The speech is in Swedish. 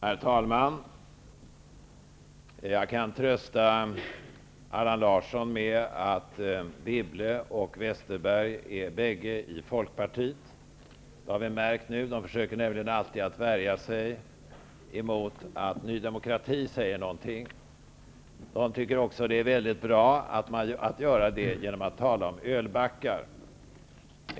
Herr talman! Jag kan trösta Allan Larsson med att Anne Wibble och Bengt Westerberg bägge är med i Folkpartiet. Det har vi märkt nu. De försöker nämligen alltid att värja sig mot att vi i Ny demokrati säger någonting. De tycker också att det är väldigt bra att göra det genom att tala om ölbackar.